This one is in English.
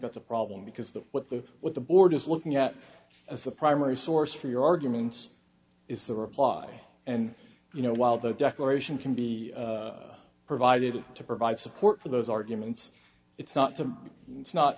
that's a problem because the what the what the board is looking at as a primary source for your arguments is the reply and you know while the declaration can be provided to provide support for those arguments it's not t